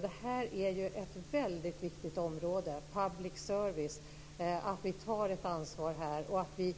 Public service är ju ett väldigt viktigt område. Vi måste ta ett ansvar här så att vi